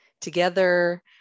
together